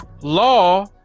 law